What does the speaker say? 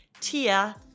Tia